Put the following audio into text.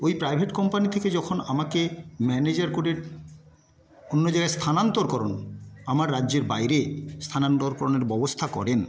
ওই private company থেকে যখন আমাকে ম্যানেজার করে অন্য জায়গায় স্থানান্তরকরণ আমার রাজ্যের বাইরে স্থানাতরকরণের ব্যবস্থা করেন